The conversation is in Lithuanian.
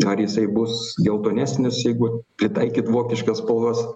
ar jisai bus geltonesnis jeigu pritaikyt vokiškas spalvas